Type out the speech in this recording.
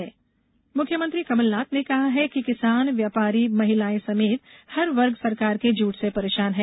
उप चुनाव मुख्यमंत्री कमलनाथ ने कहा है कि किसान व्यापारी महिलाएं समेत हर वर्ग सरकार के झूठ से परेशान है